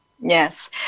Yes